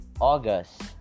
August